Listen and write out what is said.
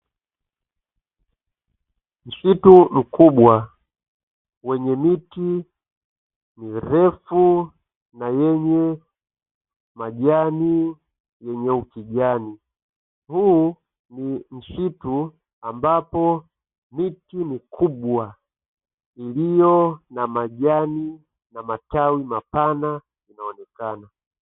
Msitu mkubwa wenye miti mirefu na yenye majani yenye ukujani, huu ni msitu ambapo miti mikubwa iliyo na majani na matawi mapana inaonekana.